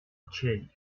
ucięli